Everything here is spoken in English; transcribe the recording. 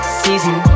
season